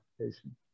application